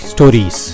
Stories